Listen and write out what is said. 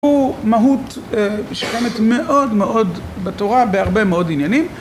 הוא מהות שקיימת מאוד מאוד בתורה בהרבה מאוד עניינים.